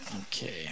Okay